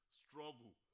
struggle